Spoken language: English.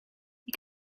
you